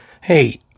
Hey